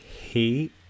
hate